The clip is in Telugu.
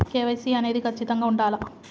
కే.వై.సీ అనేది ఖచ్చితంగా ఉండాలా?